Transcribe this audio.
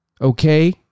Okay